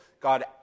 God